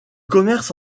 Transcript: commerce